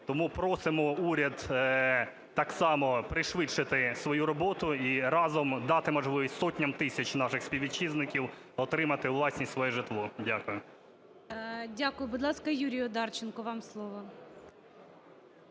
Тому просимо уряд так само пришвидшити свою роботу і разом дати можливість сотням тисяч наших співвітчизників отримати у власність своє житло. Дякую. ГОЛОВУЮЧИЙ. Дякую. Будь ласка, Юрій Одарченко, вам слово.